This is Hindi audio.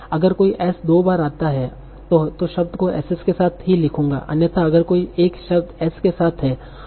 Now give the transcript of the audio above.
अगर कोई 's' दो बार है तो शब्द को 'ss' के साथ ही लिखूंगा अन्यथा अगर कोई एक 's' है तो मैं इसे हटा देता हूं